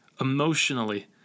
emotionally